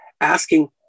asking